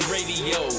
Radio